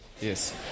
Yes